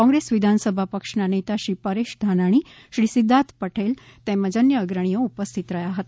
કોંગ્રેસ વિધાન સભા પક્ષના નેતા શ્રી પરેશ ધાનાણી શ્રી સિધ્ધાર્થ પટેલ તેમજ અન્ય અગ્રણીઓ ઉપસ્થિત હતા